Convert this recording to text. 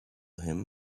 him